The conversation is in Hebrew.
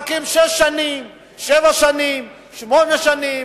מחכים שש שנים, שבע שנים, שמונה שנים,